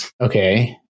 Okay